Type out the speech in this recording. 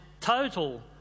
total